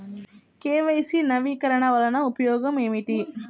KYC నవీకరణ వలన ఉపయోగం ఏమిటీ?